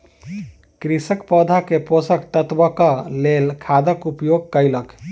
कृषक पौधा के पोषक तत्वक लेल खादक उपयोग कयलक